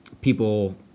people